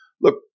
look